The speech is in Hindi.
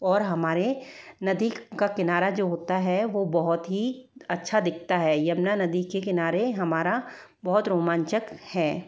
और हमारे नदी का किनारा जो होता है वो बहुत ही अच्छा दिखता है यमुना नदी के किनारे हमारा बहुत रोमांचक है